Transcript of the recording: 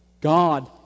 God